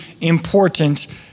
important